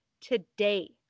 today